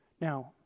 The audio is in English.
Now